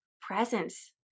presence